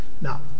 Now